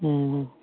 हुँ